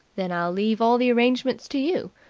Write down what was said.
then i'll leave all the arrangements to you.